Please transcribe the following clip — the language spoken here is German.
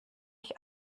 ich